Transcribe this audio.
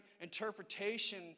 interpretation